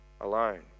alone